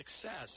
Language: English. success